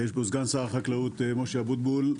ונמצא פה סגן שר החקלאות משה אבוטבול,